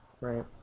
Right